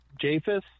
japheth